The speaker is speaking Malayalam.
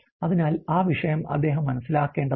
അതിനാൽ ആ വിഷയം അദ്ദേഹം മനസ്സിലാക്കേണ്ടതുണ്ട്